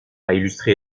illustré